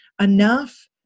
enough